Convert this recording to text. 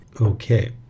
Okay